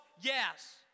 Yes